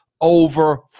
over